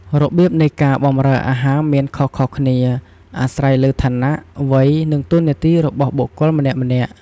របៀបនៃការបម្រើអាហារមានខុសៗគ្នា អាស្រ័យលើឋានៈ វ័យ និងតួនាទីរបស់បុគ្គលម្នាក់ៗ។